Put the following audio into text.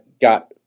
got